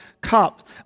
cup